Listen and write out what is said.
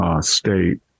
state